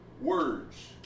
words